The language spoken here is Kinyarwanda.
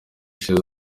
ishize